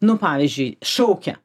nu pavyzdžiui šaukia